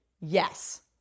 yes